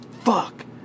fuck